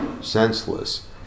senseless